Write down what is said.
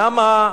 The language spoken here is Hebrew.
למה,